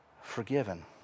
forgiven